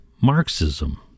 Marxism